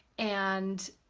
and